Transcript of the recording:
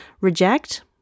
Reject